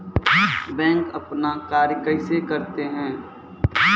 Bank अपन कार्य कैसे करते है?